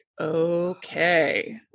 okay